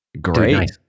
Great